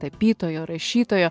tapytojo rašytojo